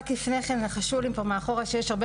רק לפני כן לחשו לי פה מאחורה שיש הרבה